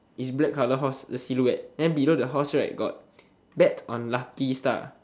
is black colour horse the silhouette then below the horse right got bet on lucky star